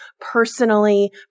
personally